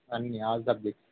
అన్న ఆతబ్బి